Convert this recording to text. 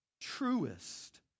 truest